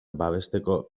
babesteko